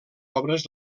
obres